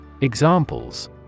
Examples